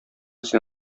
син